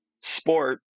Sport